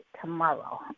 tomorrow